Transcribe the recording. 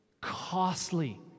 costly